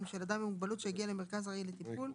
של אדם עם מוגבלות שהגיע למרכז ארעי לטיפול,